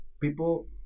people